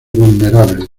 vulnerable